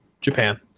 Japan